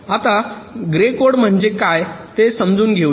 आता grey code म्हणजे काय ते समजून घेऊया